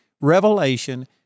revelation